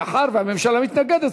מאחר שהממשלה מתנגדת,